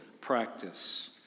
practice